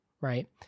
right